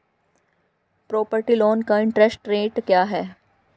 Property loan का interest rate क्या है?